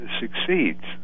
succeeds